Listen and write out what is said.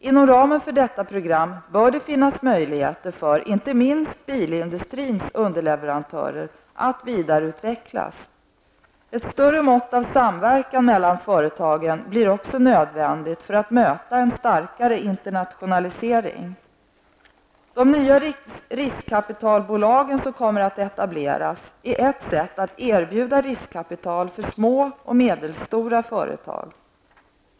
Inom ramen för detta program bör det finnas möjligheter för inte minst bilindustrins underleverantörer att vidareutvecklas. Ett större mått av samverkan mellan företagen blir också nödvändigt för att möta en starkare internationalisering. De nya riskkapitalbolagen som kommer att etableras är ett sätt att erbjuda riskkapital för små och medelstora företag.